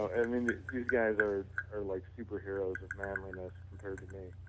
and these guys are are like superheroes of manliness compared to me.